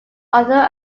author